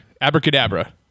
Abracadabra